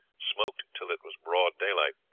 smoked till it was broad daylight.